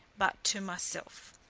but to myself.